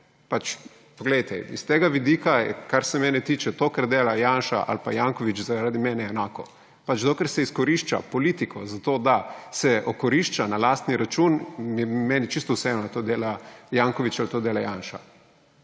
Poglejte, s tega vidika, kar se mene tiče, to, kar delata Janša ali pa Janković, je zaradi mene enako. Dokler se izkorišča politiko za to, da se okorišča na lastni račun, je meni čisto vseeno, ali to dela Janković ali to dela Janša.